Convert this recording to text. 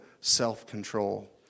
self-control